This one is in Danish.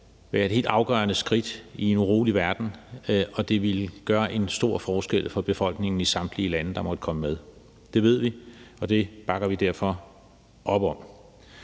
være et helt afgørende skridt i en urolig verden, og det ville gøre en stor forskel for befolkningen i samtlige lande, der måtte komme med. Det ved vi, og derfor bakker vi op om